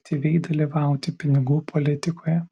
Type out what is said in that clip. aktyviai dalyvauti pinigų politikoje